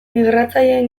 migratzaileen